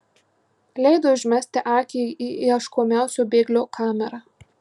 leido užmesti akį į ieškomiausio bėglio kamerą